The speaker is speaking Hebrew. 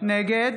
נגד